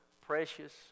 precious